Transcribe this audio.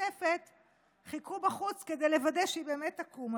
מהמשותפת חיכו בחוץ כדי לוודא שהיא באמת תקום.